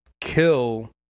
kill